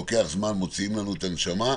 לוקח זמן, מוציאים לנו את הנשמה,